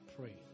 pray